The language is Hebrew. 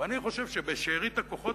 ואני חושב שבשארית הכוחות,